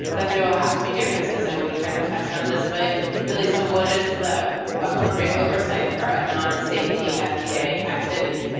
that there will have to be differences and we kind of touched on this but really so what is the appropriate oversight for a non safety fda activity?